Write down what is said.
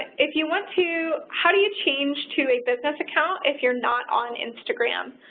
if you want to. how do you change to a business account if you're not on instagram?